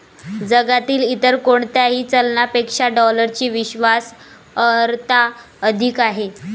जगातील इतर कोणत्याही चलनापेक्षा डॉलरची विश्वास अर्हता अधिक आहे